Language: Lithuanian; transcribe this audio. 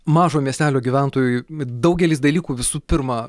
mažo miestelio gyventojui daugelis dalykų visų pirma